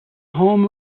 home